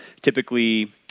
typically